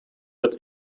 wird